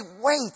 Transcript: wait